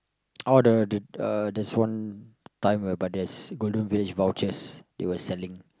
orh the the uh there's one time where by there's Golden-Village vouchers they were selling